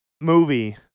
movie